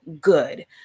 good